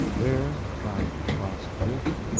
there, trying to cross a drift,